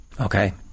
Okay